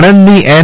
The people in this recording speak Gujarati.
આણંદની એન